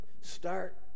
start